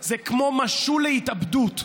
זה משול להתאבדות,